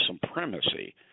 supremacy